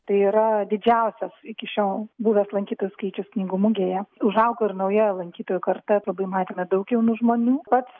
tai yra didžiausias iki šiol buvęs lankytojų skaičius knygų mugėje užaugo ir nauja lankytojų karta labai matėme daug jaunų žmonių pats